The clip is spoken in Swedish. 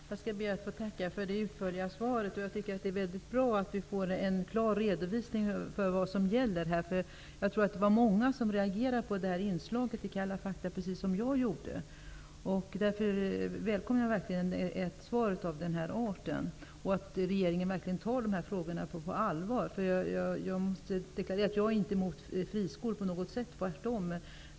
Fru talman! Jag skall be att få tacka för det utförliga svaret. Jag tycker att det är bra att vi får en klar redovisning av vad som gäller. Jag tror att det var många som reagerade på inslaget i ''Kalla fakta'' -- precis som jag gjorde. Därför välkomnar jag verkligen ett svar av detta slag och att regeringen verkligen tar dessa frågor på allvar. Jag är inte emot friskolor på något sätt. Tvärtom!